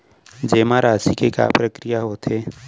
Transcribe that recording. जेमा राशि के का प्रक्रिया होथे?